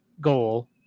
goal